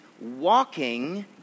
walking